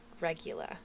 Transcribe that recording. regular